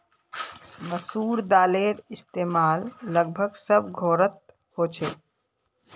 मसूर दालेर इस्तेमाल लगभग सब घोरोत होछे